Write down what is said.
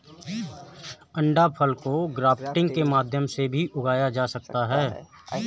अंडाफल को ग्राफ्टिंग के माध्यम से भी उगाया जा सकता है